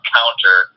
counter